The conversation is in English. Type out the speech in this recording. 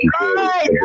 right